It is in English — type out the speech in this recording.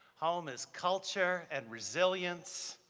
home is culture and resilience,